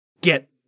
get